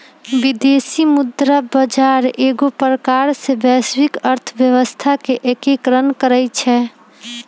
विदेशी मुद्रा बजार एगो प्रकार से वैश्विक अर्थव्यवस्था के एकीकरण करइ छै